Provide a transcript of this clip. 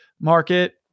market